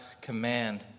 command